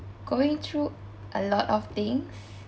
going through a lot of things